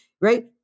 right